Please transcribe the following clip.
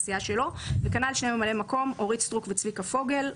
כנ"ל ממלאי המקום אורית סטרוק וצביקה פוגל.